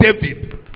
David